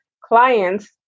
clients